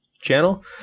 channel